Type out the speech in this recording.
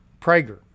Prager